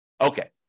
Okay